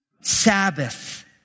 Sabbath